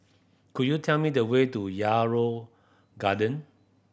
could you tell me the way to Yarrow Garden